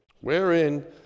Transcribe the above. Wherein